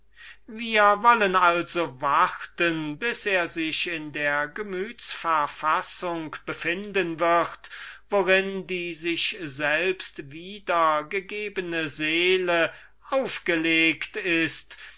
wir wollen also warten bis er sich in der ruhigern gemütsverfassung befinden wird worin die sich selbst wiedergegebene seele aufgelegt ist